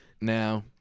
Now